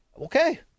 Okay